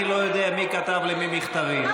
אני לא יודע מי כתב למי מכתבים.